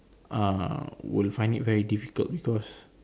uh would find it very difficult because